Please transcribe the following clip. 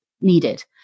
needed